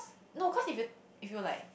no cause if you if you like